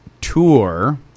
tour